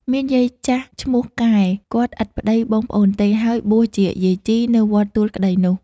មានយាយចាស់ឈ្មោះកែ គាត់ឥតប្ដី-បងប្អូនទេ ហើយបួសជាយាយជី នៅវត្តទួលក្ដីនោះ ។